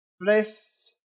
Bliss